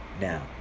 Now